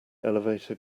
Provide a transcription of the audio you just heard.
elevator